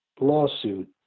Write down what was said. lawsuit